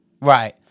Right